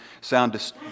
sound